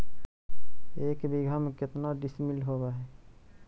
एक बीघा में केतना डिसिमिल होव हइ?